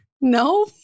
no